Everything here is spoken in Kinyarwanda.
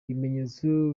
ibimenyetso